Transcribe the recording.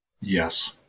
Yes